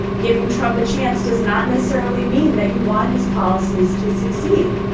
giving trump a chance does not necessarily mean that you want his policies to succeed.